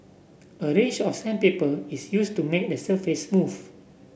a range of sandpaper is use to make the surface smooth